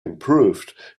improved